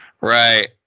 Right